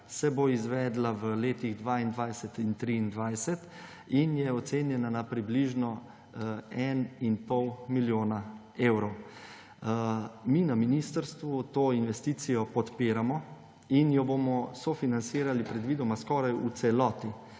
se bo izvedla v letih 2022 in 2023 in je ocenjena na približno 1,5 milijona evrov. Mi na ministrstvu to investicijo podpiramo in jo bomo sofinancirali predvidoma skoraj v celoti.